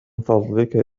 فضلك